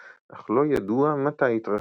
אך לא ידוע מתי יתרחש.